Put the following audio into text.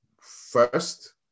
first